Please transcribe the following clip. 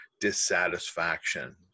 dissatisfaction